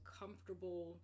comfortable